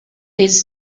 these